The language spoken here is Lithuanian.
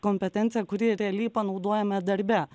kompetencija kuri realiai panaudojame darbe